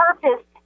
purpose